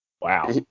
Wow